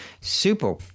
super